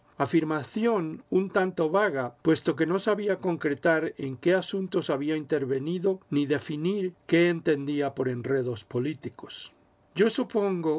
afirmación un tanto vaga puesto que no sabía concretar en qué asuntos había intervenido ni definir qué entendía por enredos políticos yo supongo que